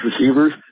receivers